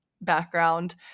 background